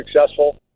successful